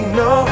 no